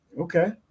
Okay